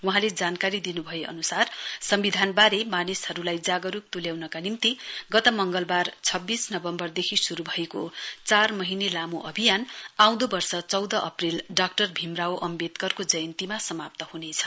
वहाँले जानकारी दिनु भए अनुसार सम्विधानवारे मानिसहरुलाई जागरुक तुल्याउनका निम्ति गत मंगलवार छब्बीस नवम्वरदेखि शुरु भएको चार महीने लामो अभियान आउँदो वर्ष चौध अप्रेल डाक्टर भीम रावो अम्वेदकारको जयन्तीमा समाप्त हुनेछ